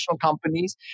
companies